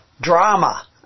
drama